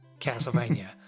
Castlevania